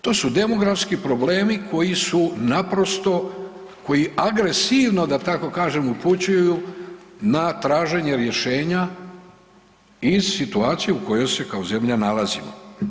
To su demografski problemi koji su naprosto, koji agresivno, da tako kažem, upućuju na traženje rješenja iz situacije u kojoj se kao zemlja nalazimo.